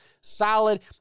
solid